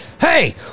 Hey